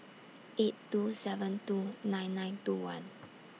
eight two seven two nine nine two one